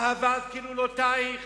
אהבת כלולותייך,